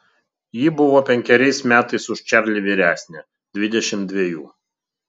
ji buvo penkeriais metais už čarlį vyresnė dvidešimt dvejų